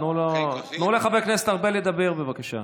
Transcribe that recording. תנו לחבר הכנסת ארבל לדבר, בבקשה.